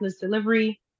delivery